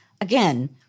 Again